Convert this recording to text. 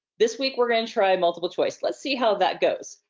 this week we're gonna try multiple choice, let's see how that goes,